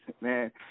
man